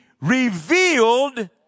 revealed